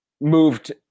moved